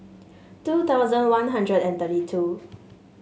two thousand One Hundred and thirty two